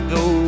go